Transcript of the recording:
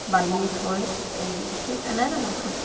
বান্ধি থৈ সেই ঠিক তেনে ধৰণৰ